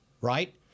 right